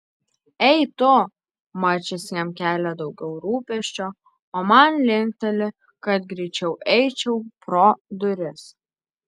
ei tu mat šis jam kelia daugiau rūpesčio o man linkteli kad greičiau eičiau pro duris